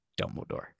Dumbledore